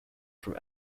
from